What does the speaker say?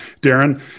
Darren